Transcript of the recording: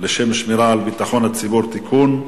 לשם שמירה על ביטחון הציבור (תיקון)